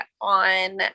on